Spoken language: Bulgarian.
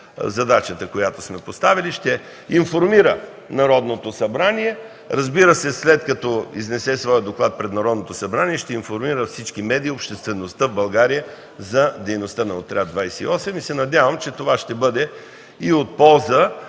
която сме поставили и ще информира Народното събрание. Разбира се, след като изнесе своя доклад пред Народното събрание ще информира всички медии и обществеността в България за дейността на „Авиоотряд 28”. Надявам се, че това ще бъде и от полза